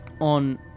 on